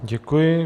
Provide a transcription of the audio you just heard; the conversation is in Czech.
Děkuji.